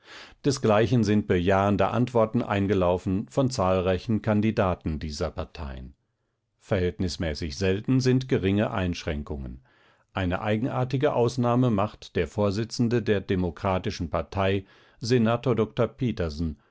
desgleichen sind bejahende antworten eingelaufen von zahlreichen kandidaten dieser parteien verhältnismäßig selten sind geringe einschränkungen eine eigenartige ausnahme macht der vorsitzende der demokratischen partei senator dr petersen